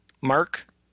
mark